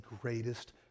greatest